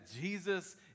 Jesus